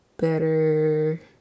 Better